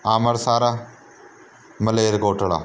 Amritsar Malerkotla